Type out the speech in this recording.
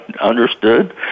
understood